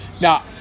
Now